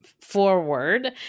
forward